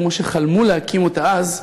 כמו שחלמו להקים אותה אז,